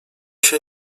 się